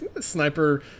Sniper